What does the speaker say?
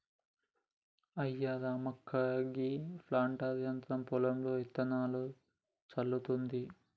అయ్యా రామక్క గీ ప్లాంటర్ యంత్రం పొలంలో ఇత్తనాలను జల్లుతుంది